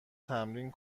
تمرین